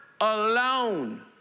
alone